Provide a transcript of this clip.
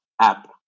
app